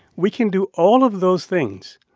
we can do all of those things,